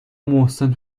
محسن